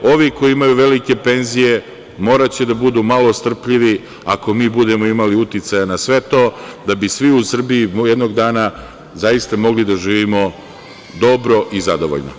Ovi koji imaju velike penzije moraće da budu malo strpljivi, ako mi budemo imali uticaja na sve to, da bi svi u Srbiji jednog dana zaista mogli da živimo dobro i zadovoljno.